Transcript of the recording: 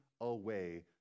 away